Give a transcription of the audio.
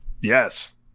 yes